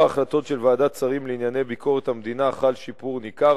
החלטות של ועדת השרים לענייני ביקורת המדינה חל שיפור ניכר.